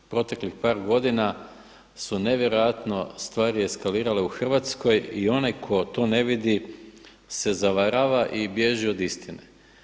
Proteklih par godina su nevjerojatno stvari eskalirale u Hrvatskoj i onaj tko to ne vidi se zavarava i bježi od istine.